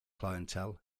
clientele